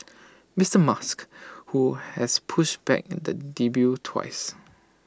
Mister musk who has pushed back the debut twice